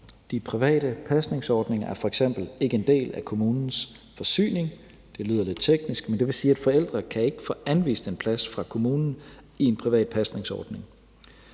De private pasningsordninger er f.eks. ikke en del af kommunens forsyning. Det lyder lidt teknisk, men det vil sige, at forældre ikke kan få anvist en plads fra kommunen i en privat pasningsordning.